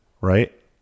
right